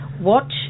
Watch